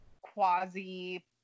quasi